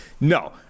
No